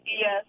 Yes